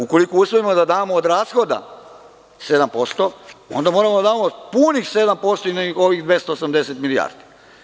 Ukoliko usvojimo da damo od rashoda l7% onda moramo da damo punih 7% i na ovih 280 milijardi.